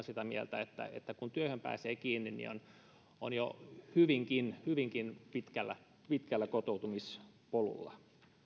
sitä mieltä että että kun työhön pääsee kiinni niin on jo hyvinkin hyvinkin pitkällä pitkällä kotoutumispolulla